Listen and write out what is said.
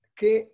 che